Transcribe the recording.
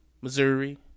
Missouri